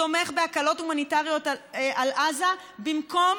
תומך בהקלות הומניטריות על עזה במקום